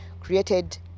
created